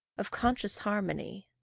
of conscious harmony.